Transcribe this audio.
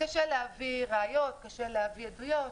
קשה להביא ראיות, קשה להביא עדויות,